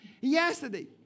yesterday